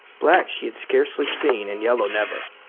black she had scarcely seen, and yellow never.